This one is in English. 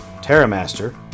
Terramaster